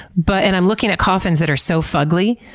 but and i'm looking at coffins that are so fugly,